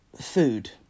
food